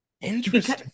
Interesting